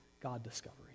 God-discovery